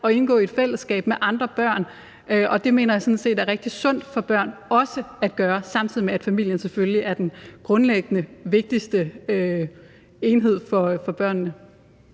at indgå i et fællesskab med andre børn, og det mener jeg sådan set er rigtig sundt for børn også at gøre, samtidig med at familien selvfølgelig er den grundlæggende vigtigste enhed for børnene.